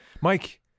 mike